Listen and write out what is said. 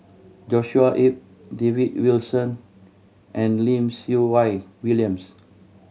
Joshua Ip David Wilson and Lim Siew Wai William